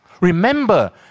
Remember